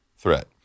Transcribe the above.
threat